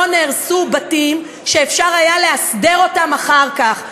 מעולם לא נהרסו בתים שאפשר היה להסדיר אותם אחר כך.